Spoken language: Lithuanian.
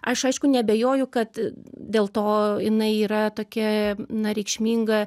aš aišku neabejoju kad dėl to jinai yra tokia na reikšminga